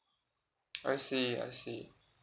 I see I see